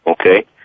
okay